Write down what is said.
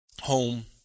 home